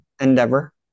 endeavor